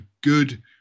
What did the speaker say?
good